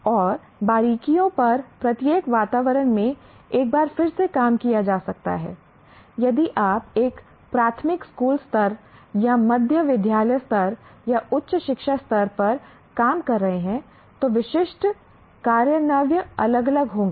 और बारीकियों पर प्रत्येक वातावरण में एक बार फिर से काम किया जा सकता है यदि आप एक प्राथमिक स्कूल स्तर या मध्य विद्यालय स्तर या उच्च शिक्षा स्तर पर काम कर रहे हैं तो विशिष्ट कार्यान्वयन अलग अलग होंगे